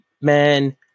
man